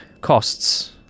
costs